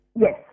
yes